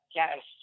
yes